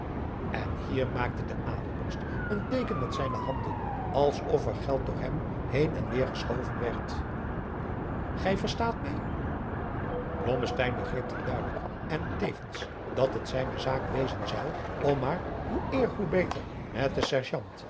en hier maakte de adelborst een teeken met zijne handen als of er geld door hem heen en weêr geschoven werd gij verstaat mij blommesteyn begreep dit duidelijk en tevens dat het zijne zaak wezen zou om maar hoe eer hoe beter met den